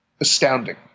astounding